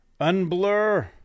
Unblur